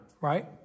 right